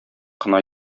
кына